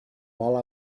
while